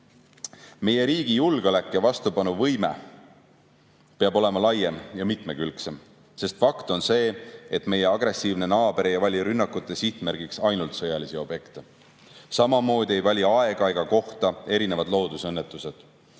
riigi julgeolek ja vastupanuvõime peab olema laiem ja mitmekülgsem, sest fakt on see, et meie agressiivne naaber ei vali rünnakute sihtmärgiks ainult sõjalisi objekte. Samamoodi ei vali aega ega kohta loodusõnnetused.